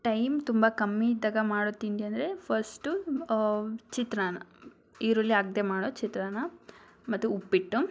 time ತುಂಬ ಕಮ್ಮಿ ಇದ್ದಾಗ ಮಾಡೋ ತಿಂಡಿ ಅಂದರೆ ಫಸ್ಟು ಚಿತ್ರಾನ್ನ ಈರುಳ್ಳಿ ಹಾಕ್ದೆ ಮಾಡೋ ಚಿತ್ರಾನ್ನ ಮತ್ತು ಉಪ್ಪಿಟ್ಟು